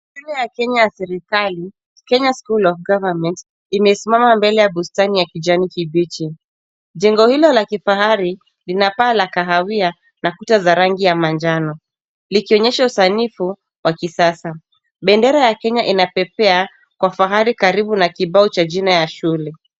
Shule ya kenya ya serikali Kenya School of Government imesimama mbele ya bustani ya kijani kibichi. Jengo hilo la kifahari lina paa la kahawia na kuta za rangi ya manjano likionyesha usanifu wa kisasa. Bendera ya kenya inapepea kwa fahari karibu na kibao cha jina ya shule.